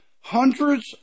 hundreds